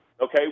okay